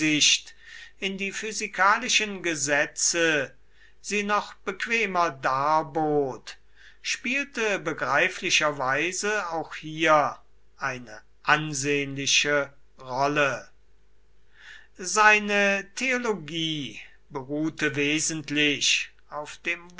in die physikalischen gesetze sie noch bequemer darbot spielte begreiflicherweise auch hier eine ansehnliche rolle seine theologie beruhte wesentlich auf dem